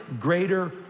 greater